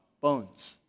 Bones